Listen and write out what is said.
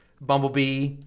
Bumblebee